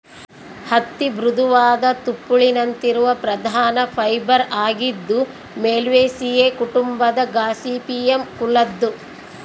ಹತ್ತಿ ಮೃದುವಾದ ತುಪ್ಪುಳಿನಂತಿರುವ ಪ್ರಧಾನ ಫೈಬರ್ ಆಗಿದ್ದು ಮಾಲ್ವೇಸಿಯೇ ಕುಟುಂಬದ ಗಾಸಿಪಿಯಮ್ ಕುಲದ್ದು